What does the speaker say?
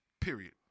period